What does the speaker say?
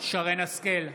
שרן מרים השכל,